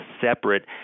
separate